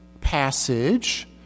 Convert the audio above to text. passage